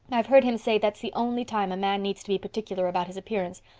i've heard him say that's the only time a man needs to be particular about his appearance,